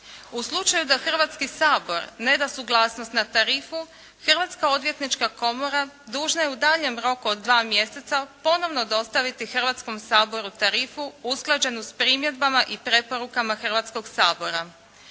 U slučaju da Hrvatski sabor ne da suglasnost na tarifu Hrvatska odvjetnička komora dužna je u daljnjem roku od 2 mjeseca ponovno dostaviti Hrvatskom saboru tarifu usklađenu s primjedbama i preporukama Hrvatskog sabora.